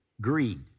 greed